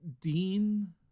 Dean